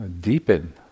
deepen